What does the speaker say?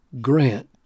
grant